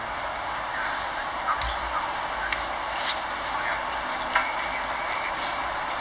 ya that's why now also now so many I just keep drawing and drawing and drawing